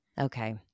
Okay